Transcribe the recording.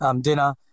dinner